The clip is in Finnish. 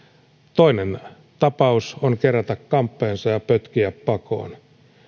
toinen tapaus on kerätä kamppeensa ja pötkiä pakoon